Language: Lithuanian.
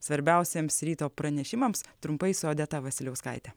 svarbiausiems ryto pranešimams trumpais odeta vasiliauskaitė